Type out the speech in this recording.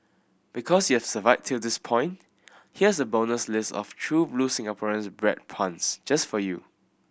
because you've survived till this point here's a bonus list of true blue Singaporean bread puns just for you